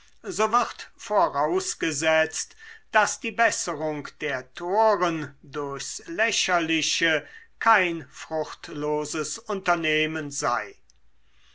wird vorausgesetzt daß die besserung der toren durchs lächerliche kein fruchtloses unternehmen sei